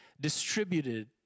distributed